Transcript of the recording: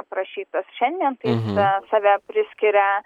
aprašytas šiandien bet save priskiria